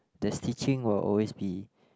the stitching will always be